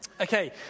Okay